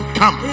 come